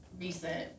recent